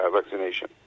vaccination